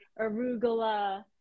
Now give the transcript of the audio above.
arugula